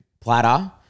platter